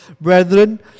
brethren